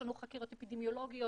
יש לנו חקירות אפידמיולוגיות.